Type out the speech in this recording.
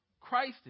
christ